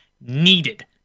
needed